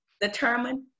Determined